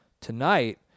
tonight